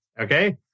Okay